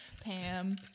Pam